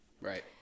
right